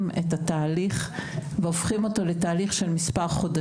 את התהליך והופכות אותו לתהליך של מספר חודשים,